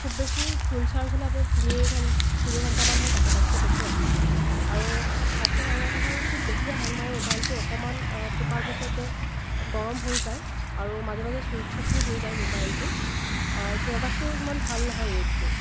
খুব বেছি full charge হ'লে আপোনাৰ তিনি ঘণ্টা তিনি ঘণ্টামানহে থাকে তাতকৈ বেছি নাথাকে আৰু ইয়াতকৈ ডাঙৰ কথা হ'ল খুব বেছিয়ে হেং মাৰে মোবাইলটো অকণমান টিপাৰ পিছতে গৰম হৈ যায় আৰু মাজে মাজে চুইচ অফো হৈ যায় মোবাইলটো প্ৰডাক্টটো সিমন ভাল নহয় ৰেডমি